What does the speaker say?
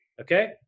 Okay